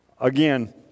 Again